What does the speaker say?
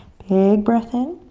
big breath in.